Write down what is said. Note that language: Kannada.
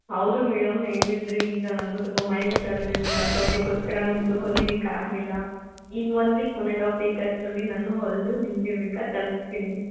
ಹೌದು ಮೇಡಮ್ ಹೇಳಿದ್ದಿರಿ ಈಗ ನನಗೂ ಸ್ವಲ್ಪ ಮೈಗೆ ಹುಷಾರಿರ್ಲಿಲ್ಲಲ್ವಾ ಸೊ ಅದಕ್ಕೋಸ್ಕರ ನಿಮ್ಮದು ಹೊಲಿಯಲಿಕ್ಕಾಗ್ಲಿಲ್ಲ ಇನ್ನು one week one and half week ಅಷ್ಟ್ರಲ್ಲಿ ನಾನು ಹೊಲಿದು ನಿಮಗೆ ಬೇಕಾರೆ ತಲುಪಿಸ್ತೀನಿ